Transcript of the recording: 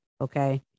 okay